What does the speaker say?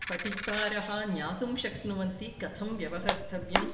पठितारः ज्ञातुं शक्नुवन्ति कथं व्यवहर्तव्यम्